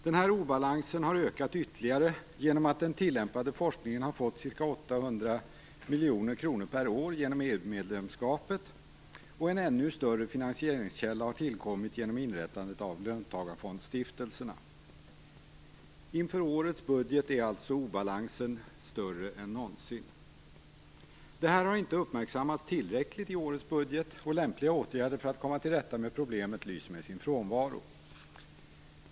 Denna obalans har ökat ytterligare genom att den tillämpade forskningen har fått ca 800 miljoner kronor per år genom EU-medlemskapet, och en ännu större finansieringskälla har tillkommit genom inrättandet av löntagarfondsstiftelserna. Inför årets budget är alltså obalansen större än någonsin. Detta har inte uppmärksammats tillräckligt i årets budget, och lämpliga åtgärder för att komma till rätta med problemet lyser med sin frånvaro.